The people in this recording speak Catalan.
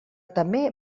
també